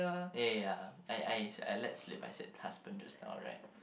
ya ya I I I let slip but I said husband just now right